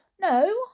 No